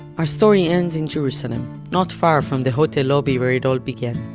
our story ends in jerusalem, not far from the hotel lobby where it all began.